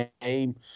game